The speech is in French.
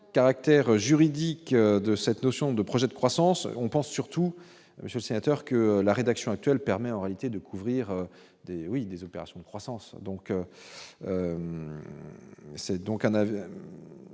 caractère juridique de cette notion de projet de croissance, on pense surtout je sénateurs que la rédaction actuelle permet en réalité de couvrir des oui, des opérations de croissance, donc, c'est donc un avis,